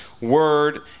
word